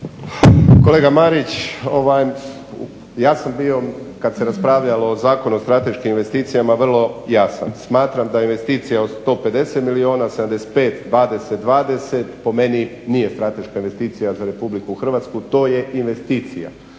Kolega Marić, ja sam bio kad se raspravljalo o Zakonu o strateškim investicijama vrlo jasan. Smatram da investicija od 150 milijuna, 75, 20, 20 po meni nije strateška investicija za RH. To je investicija.